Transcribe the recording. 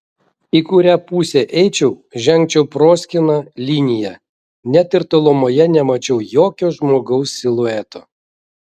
į kurią pusę eičiau žengčiau proskyna linija net ir tolumoje nemačiau jokio žmogaus silueto